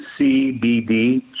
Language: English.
CBD